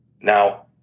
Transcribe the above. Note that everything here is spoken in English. Now